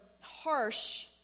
harsh